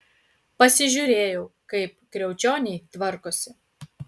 pasižiūrėjau kaip kriaučioniai tvarkosi